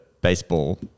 baseball